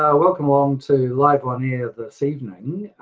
ah welcome along to live on air this evening.